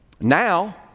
now